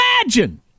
imagine